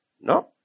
No